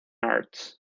arts